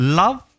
love